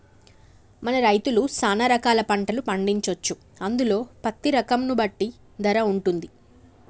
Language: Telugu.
మన రైతులు సాన రకాల పంటలు పండించొచ్చు అందులో పత్తి రకం ను బట్టి ధర వుంటది